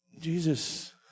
Jesus